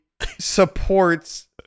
Supports